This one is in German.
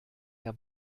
herr